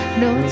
no